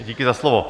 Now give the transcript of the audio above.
Díky za slovo.